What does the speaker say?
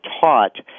taught